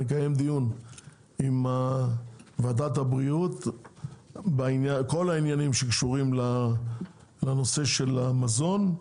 נקיים דיון עם ועדת הבריאות בכל העניינים הקשורים לנושא המזון.